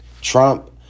Trump